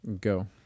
go